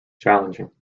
challenging